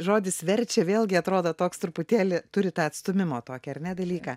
žodis verčia vėlgi atrodo toks truputėlį turi tą atstūmimo tokį ar ne dalyką